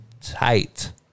tight